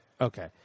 Okay